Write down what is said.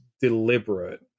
deliberate